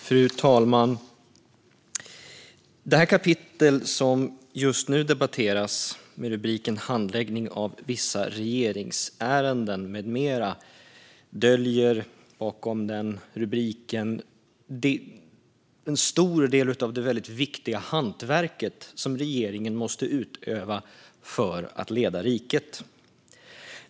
Fru talman! Det kapitel som just nu debatteras har rubriken Handläggning av vissa regeringsärenden m.m. Bakom den rubriken döljer sig en stor del av det väldigt viktiga hantverk som regeringen måste utöva för att leda riket.